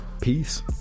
peace